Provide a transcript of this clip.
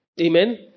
Amen